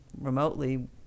remotely